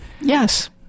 Yes